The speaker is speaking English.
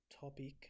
topic